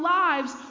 lives